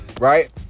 Right